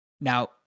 Now